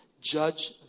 judge